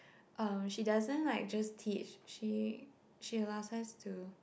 um she doesn't like just teach she she allows us to